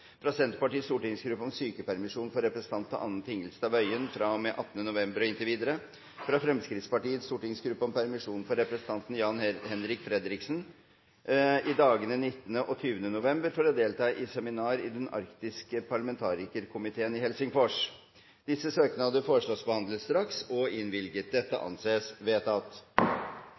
fra Senterpartiets stortingsgruppe om sykepermisjon for representanten Anne Tingelstad Wøien fra og med 18. november og inntil videre fra Fremskrittspartiets stortingsgruppe om permisjon for representanten Jan-Henrik Fredriksen i dagene 19. og 20. november for å delta på seminar i Den arktiske parlamentarikerkomiteen i Helsingfors. Etter forslag fra presidenten ble enstemmig besluttet: Disse søknader behandles straks og